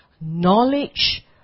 Knowledge